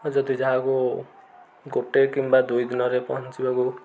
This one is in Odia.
ଆଉ ଯଦି ଯାହାକୁ ଗୋଟେ କିମ୍ବା ଦୁଇ ଦିନରେ ପହଞ୍ଚିବାକୁ